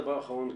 דבר אחרון,